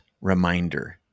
reminder